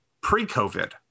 pre-COVID